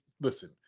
listen